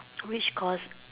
which course